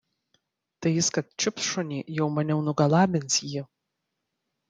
tai jis kad čiups šunį jau maniau nugalabins jį